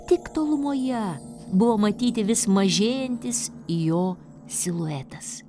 tik tolumoje buvo matyti vis mažėjantis jo siluetas